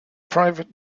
private